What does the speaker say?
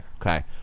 Okay